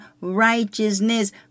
righteousness